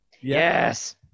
yes